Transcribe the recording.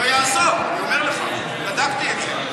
לא יעזור, אני אומר לך, בדקתי את זה.